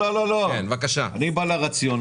לא, לא, אני בא לרציונל.